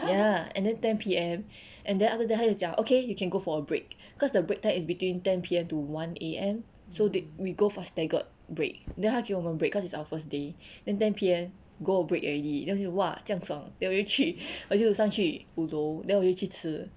ya and then ten P_M and then after that 他又讲 okay you can go for a break cause the break time is between ten P_M to one A_M so they we go for staggered break then 他给我们 break cause is our first day then ten P_M go break already then 我 say !wah! 这样爽 ah then 我又去我就上去五楼 then 我就去吃